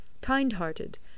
kind-hearted